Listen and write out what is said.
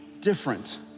different